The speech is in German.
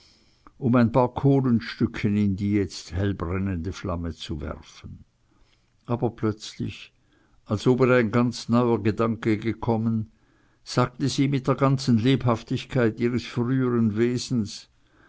um ein paar kohlenstückchen in die jetzt hellbrennende flamme zu werfen aber plötzlich als ob ihr ein ganz neuer gedanke gekommen sagte sie mit der ganzen lebhaftigkeit ihres früheren wesens